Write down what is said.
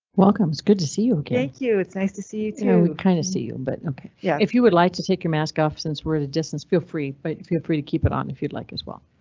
welcome, it's good to see you. ok, thank you. it's nice to see you to kind of see you. but yeah, if you would like to take your mask off since we're at a distance, feel free. but feel free to keep it on and if you'd like as well.